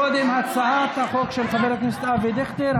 קודם הצעת החוק של חבר הכנסת אבי דיכטר,